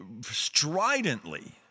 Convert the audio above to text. stridently